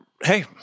Hey